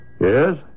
Yes